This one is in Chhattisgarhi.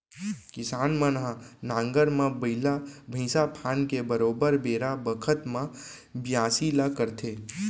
किसान मन ह नांगर म बइला भईंसा फांद के बरोबर बेरा बखत म बियासी ल करथे